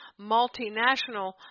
multinational